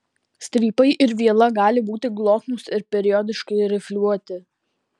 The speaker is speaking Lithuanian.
strypai ir viela gali būti glotnūs ir periodiškai rifliuoti